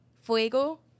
fuego